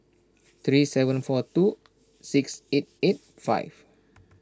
three seven four two six eight eight five